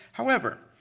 however,